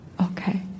Okay